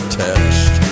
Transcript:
test